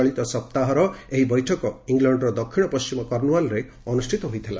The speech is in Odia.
ଚଳିତସପ୍ତାହର ଏହି ବୈଠକ ଇଂଲଣ୍ଡର ଦକ୍ଷିଣ ପଶ୍ଚିମ କର୍ଣ୍ଣୱାଲରେ ଅନୁଷ୍ଠିତ ହୋଇଥିଲା